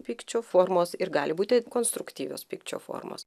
pykčio formos ir gali būti konstruktyvios pykčio formos